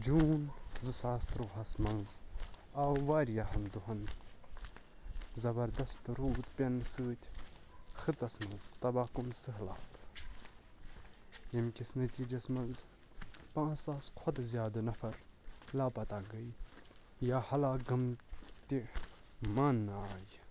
جوٗن زٕ ساس تُرٛہَس منٛز آو واریاہَن دۄہَن زَبَردستہٕ روٗد پٮ۪نہٕ سۭتۍ خٕطَس منٛز تباہ کُن سہلاب ییٚمہِ کِس نَتیٖجَس منٛز پانٛژھ ساس کھۄتہٕ زیادٕ نَفَر لاپَتاہ گٔے یا ہلاک گٔمتہِ ماننہٕ آے